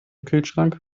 kühlschrank